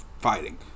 fighting